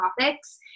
topics